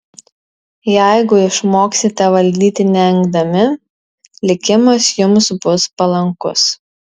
jeigu išmoksite valdyti neengdami likimas jums bus palankus